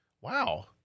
wow